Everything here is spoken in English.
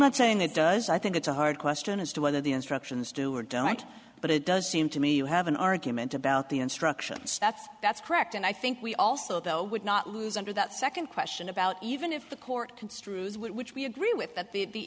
not saying it does i think it's a hard question as to whether the instructions do or don't but it does seem to me you have an argument about the instructions that's that's correct and i think we also though would not under that second question about even if the court construes which we agree with that the